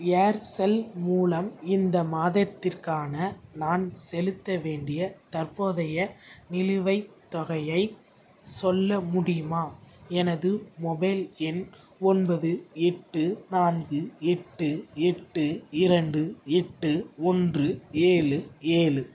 Aircel மூலம் இந்த மாதத்திற்கான நான் செலுத்த வேண்டிய தற்போதைய நிலுவைத் தொகையை சொல்ல முடியுமா எனது மொபைல் எண் ஒன்பது எட்டு நான்கு எட்டு எட்டு இரண்டு எட்டு ஒன்று ஏழு ஏழு